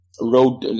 road